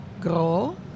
grow